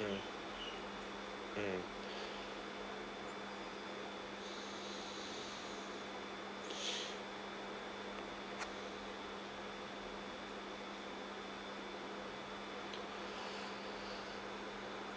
mm mm mm